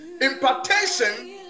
impartation